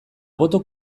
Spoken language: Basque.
boto